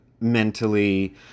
mentally